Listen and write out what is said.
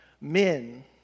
Men